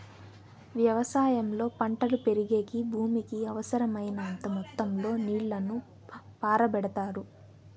వ్యవసాయంలో పంటలు పెరిగేకి భూమికి అవసరమైనంత మొత్తం లో నీళ్ళను పారబెడతారు